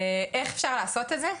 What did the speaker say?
איך ניתן לעשות את זה?